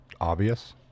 obvious